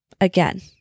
Again